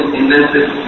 invented